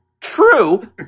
true